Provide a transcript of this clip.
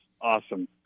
Awesome